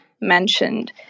mentioned